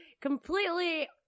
completely